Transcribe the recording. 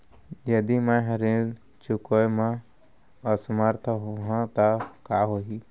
यदि मैं ह ऋण चुकोय म असमर्थ होहा त का होही?